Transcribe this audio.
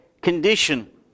condition